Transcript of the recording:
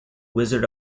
wizards